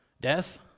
death